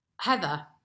Heather